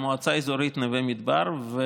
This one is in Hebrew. זו המועצה האזורית נווה מדבר.